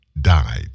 died